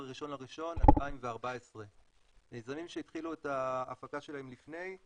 1.1.2014. מיזמים שהתחילו את ההפקה שלהם לפני,